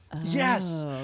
Yes